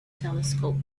telescope